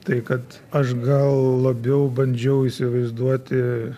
tai kad aš gal labiau bandžiau įsivaizduoti